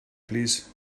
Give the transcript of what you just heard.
plîs